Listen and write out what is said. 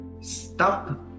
stop